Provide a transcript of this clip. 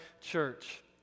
church